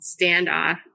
standoff